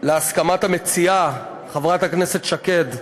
להסכמת המציעה, חברת הכנסת שקד,